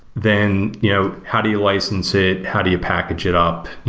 then you know how do you license it? how do you package it up?